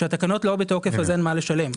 כשהתקנות לא בתוקף, אין מה לשלם.